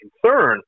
concern